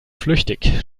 flüchtig